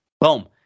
boom